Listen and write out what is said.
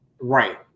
Right